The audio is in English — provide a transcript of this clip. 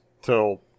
Till